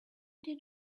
did